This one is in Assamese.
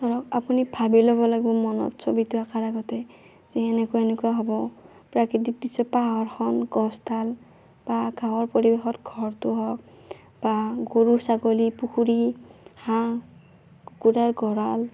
ধৰক আপুনি ভাবি ল'ব লাগিব মনত ছবিটো অঁকাৰ আগতে যে এনেকুৱা এনেকুৱা হ'ব প্ৰাকৃতিক দৃশ্য পাহাৰখন গছডাল বা গাঁৱৰ পৰিৱেশত ঘৰটো হওঁক বা গৰু ছাগলী পুুখুৰী হাঁহ কুকুৰাৰ গঁৰাল